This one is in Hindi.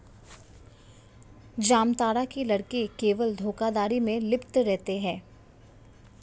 जामतारा के लड़के केवल धोखाधड़ी में लिप्त रहते हैं